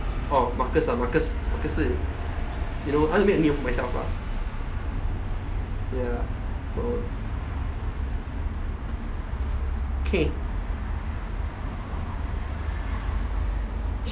orh marcus ah marcus marcus 是 you know I want to make a name for myself lah ya so okay